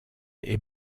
est